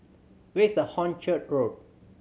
where is Hornchurch Road